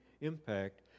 impact